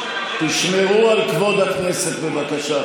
תשמרו על כבוד הכנסת, בבקשה.